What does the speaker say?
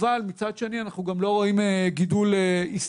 אבל מצד שני אנחנו גם לא רואים גידול היסטרי